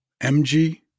MG